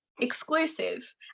exclusive